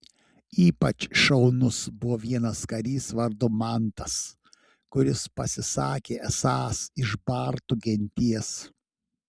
ypač šaunus buvo vienas karys vardu mantas kuris pasisakė esąs iš bartų genties